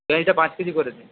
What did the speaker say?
পিঁয়াজটা পাঁচ কেজি করে দিন